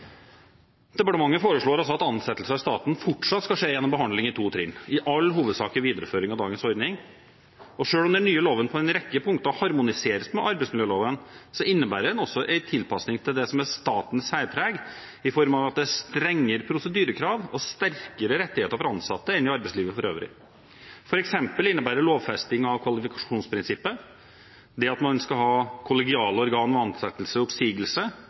Departementet foreslår altså at ansettelser i staten fortsatt skal skje gjennom behandling i to trinn – i all hovedsak en videreføring av dagens ordning. Selv om den nye loven på en rekke punkter harmoniseres med arbeidsmiljøloven, innebærer den også en tilpasning til det som er statens særpreg, i form av at det er strengere prosedyrekrav og sterkere rettigheter for ansatte enn i arbeidslivet for øvrig. For eksempel innebærer lovfesting av kvalifikasjonsprinsippet – det at man skal ha